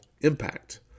impact